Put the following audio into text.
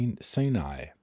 Sinai